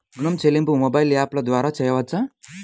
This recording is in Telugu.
ఋణం చెల్లింపు మొబైల్ యాప్ల ద్వార చేయవచ్చా?